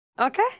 Okay